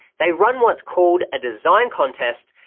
they run what's called a design contest,